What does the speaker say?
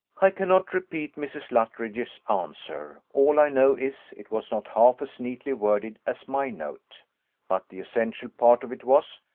i cannot repeat mrs. luttridge's answer all i know is, it was not half as neatly worded as my note but the essential part of it was,